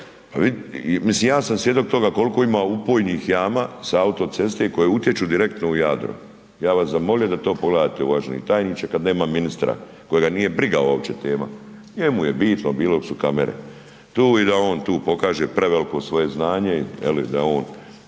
Mislim ja sam svjedok tome kolko ima upojnih jama sa autoceste koje utječu direktno u Jadro, ja bih vas zamolio da to pogledate uvaženi tajniče kad nema ministra kojega nije briga uopće tema, njemu je bitno bilo su kamere tu i da on tu pokaže preveliko svoje znanje je li da on,